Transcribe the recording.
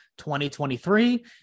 2023